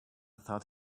thought